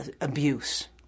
abuse